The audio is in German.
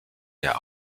der